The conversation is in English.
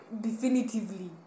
definitively